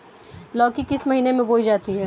लौकी किस महीने में बोई जाती है?